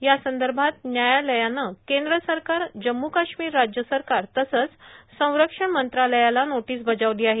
यासंदर्भात न्यायालयानं केंद्र सरकार जम्मू काश्मीर राज्य सरकार तसंच संरक्षण मंत्रालयाला नोटीस बजावली आहे